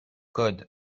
code